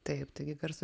taip taigi garso